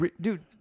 Dude